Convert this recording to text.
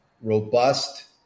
robust